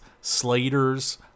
slaters